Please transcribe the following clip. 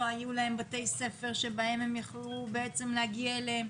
היו להם בתי ספר שבהם הם יוכלו בעצם להגיע אליהם,